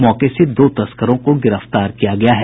मौके से दो तस्करों को गिरफ्तार किया गया है